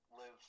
live